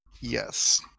yes